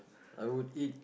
I would eat